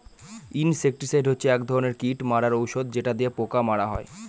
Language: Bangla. ইনসেক্টিসাইড হচ্ছে এক ধরনের কীট মারার ঔষধ যেটা দিয়ে পোকা মারা হয়